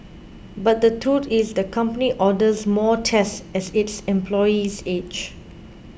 but the truth is the company orders more tests as its employees age